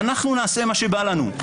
ואנחנו נעשה מה שבא לנו.